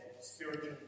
spiritual